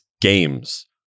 games